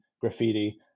graffiti